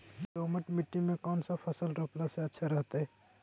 दोमट मिट्टी में कौन फसल रोपला से अच्छा रहतय?